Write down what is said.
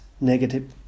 negative